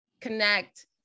connect